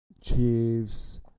Chiefs